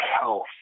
health